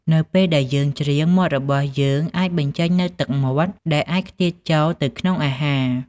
នៅពេលដែលយើងច្រៀង មាត់របស់យើងអាចបញ្ចេញនូវទឹកមាត់ ដែលអាចខ្ទាតចូលទៅក្នុងអាហារ។